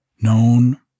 known